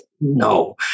no